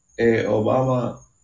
Obama